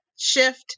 shift